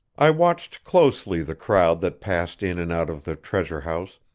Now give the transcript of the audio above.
i watched closely the crowd that passed in and out of the treasure-house,